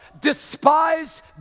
despise